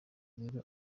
rero